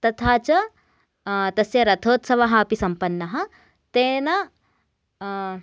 तथा च तस्य रथोत्स्वाः अपि सम्पन्नः तेन